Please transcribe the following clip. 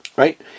right